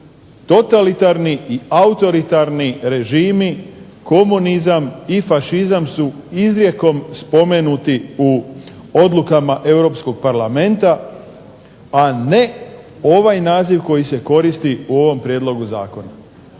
totalitarni i autoritarni režimi, komunizam i fašizam su izrijekom spomenuti u odlukama Europskog parlamenta, a ne ovaj naziv koji se koristi u ovom prijedlogu zakona.